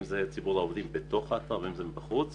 אם בתוך האתר ואם מחוצה לו.